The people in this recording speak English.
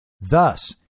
Thus